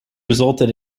resulted